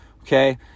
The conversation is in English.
okay